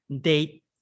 date